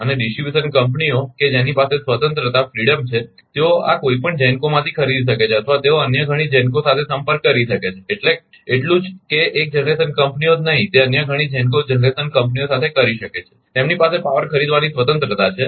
અને ડિસ્ટ્રીબ્યુશન કંપનીઓને જેની પાસે સ્વતંત્રતા છે તેઓ આ કોઈપણ GENCO માંથી ખરીદી શકે છે અથવા તેઓ અન્ય ઘણી GENCO સાથે સંપર્ક કરી શકે છે એટલું જ એક જનરેશનની કંપનીઓ જ નહીં તે અન્ય ઘણી GENCO જનરેશન કંપનીઓ સાથે કરી શકે છે તેમની પાસે પાવર ખરીદવાની સ્વતંત્રતા છે